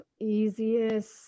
easiest